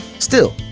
still,